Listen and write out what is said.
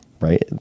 right